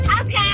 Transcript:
Okay